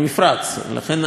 לכן אני אומר, יש,